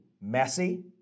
messy